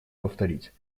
повторить